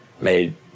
made